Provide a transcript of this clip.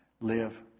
live